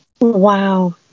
Wow